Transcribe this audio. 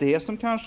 Det